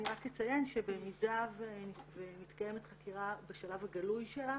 אני רק אציין שבמידה ומתקיימת חקירה בשלב הגלוי שלה